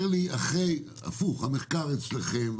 המחקר אצלכם,